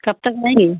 कब तक आएंगी